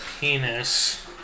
Penis